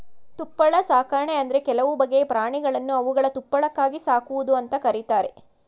ತುಪ್ಪಳ ಸಾಕಣೆ ಅಂದ್ರೆ ಕೆಲವು ಬಗೆಯ ಪ್ರಾಣಿಗಳನ್ನು ಅವುಗಳ ತುಪ್ಪಳಕ್ಕಾಗಿ ಸಾಕುವುದು ಅಂತ ಕರೀತಾರೆ